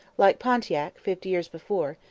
like pontiac, fifty years before,